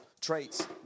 traits